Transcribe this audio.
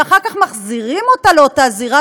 ואחר כך מחזירים אותה לאותה זירה,